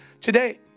Today